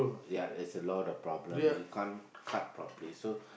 ya it's a lot of problem you can't cut properly so